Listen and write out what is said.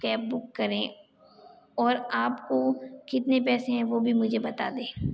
cab book करें और आपको कितने पैसे हैं वह भी मुझे बता दें